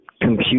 compute